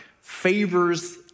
favors